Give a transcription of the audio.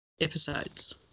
episodes